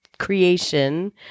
Creation